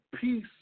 peace